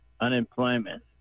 unemployment